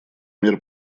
мер